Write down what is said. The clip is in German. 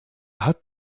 hat